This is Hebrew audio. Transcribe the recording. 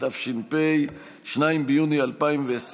אנחנו עם 19 בעד, אין מתנגדים, אין נמנעים.